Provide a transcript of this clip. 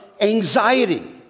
anxiety